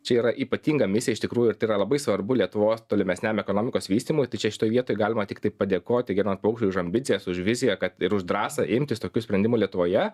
čia yra ypatinga misija iš tikrųjų ir tai yra labai svarbu lietuvos tolimesniam ekonomikos vystymui tai čia šitoj vietoj galima tiktai padėkoti germam paukščiui už ambicijas už viziją kad ir už drąsą imtis tokių sprendimų lietuvoje